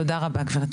תודה רבה, גבירתי.